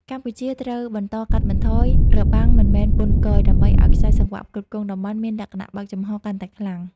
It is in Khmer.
កម្ពុជាត្រូវបន្តកាត់បន្ថយ "របាំងមិនមែនពន្ធគយ" ដើម្បីឱ្យខ្សែសង្វាក់ផ្គត់ផ្គង់តំបន់មានលក្ខណៈបើកចំហកាន់តែខ្លាំង។